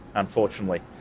unfortunately.